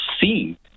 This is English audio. see